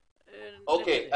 אוקיי.